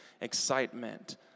excitement